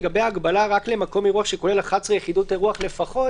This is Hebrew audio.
לגבי מקום אירוח שכולל 11 יחידות אירוח לפחות